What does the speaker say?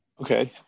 Okay